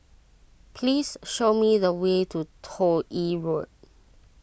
please show me the way to Toh Yi Road